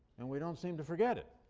and we don't seem to forget it.